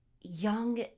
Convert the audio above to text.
young